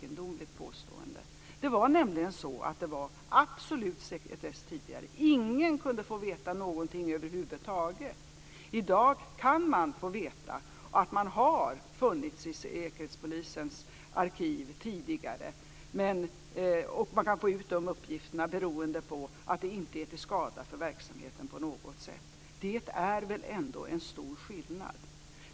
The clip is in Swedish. Det var nämligen absolut sekretess tidigare. Ingen kunde få veta någonting över huvud taget. I dag kan man få veta att man har funnits i Säkerhetspolisens arkiv tidigare, och man kan få ut de uppgifterna beroende på att det inte är till skada för verksamheten på något sätt. Det är väl ändå en stor skillnad.